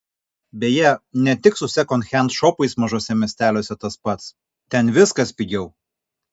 beje ne tik su sekondhend šopais mažuose miesteliuose tas pats ten viskas pigiau